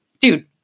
Dude